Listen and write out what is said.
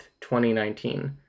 2019